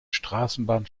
straßenbahn